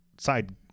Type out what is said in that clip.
Side